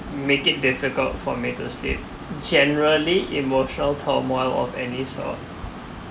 make it difficult for me to sleep generally emotional turmoil of any sort